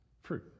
fruit